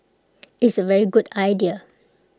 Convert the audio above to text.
it's A very good idea